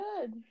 good